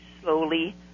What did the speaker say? slowly